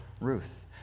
Ruth